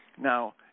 Now